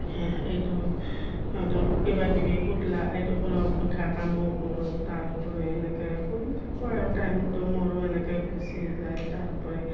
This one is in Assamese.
এইটো এইটো কিবা কিবি পুতলা এইটো বনাও গোঁঠা কামো কৰোঁ তাৰোপৰি এনেকৈ কৰি থাকোঁ আৰু টাইমটো মোৰো এনেকৈ গুচি যায় তাৰোপৰি